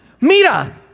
mira